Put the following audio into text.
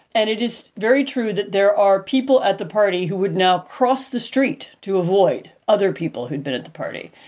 and it is very true that there are people at the party who would now cross the street to avoid other people who'd been at the party.